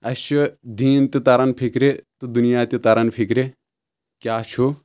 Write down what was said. اَسہِ چھُ دیٖن تہِ تَران فِکرِ تہٕ دُنیا تہِ تران فکرِ کیاہ چھُ